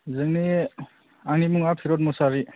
आंनि मुङा खिरद मुसाहारी